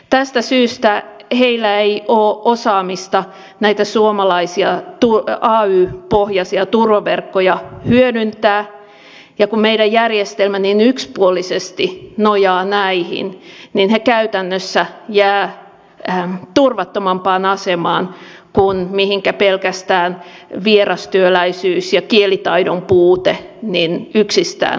tästä syystä heillä ei ole osaamista näitä ay pohjaisia turvaverkkoja hyödyntää ja kun meidän järjestelmämme niin yksipuolisesti nojaa näihin niin he käytännössä jäävät turvattomampaan asemaan kuin mitä pelkästään vierastyöläisyys ja kielitaidon puute yksistään aiheuttaisivat